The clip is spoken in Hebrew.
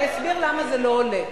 אני אסביר למה זה לא עולה.